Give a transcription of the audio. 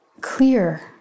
clear